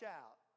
out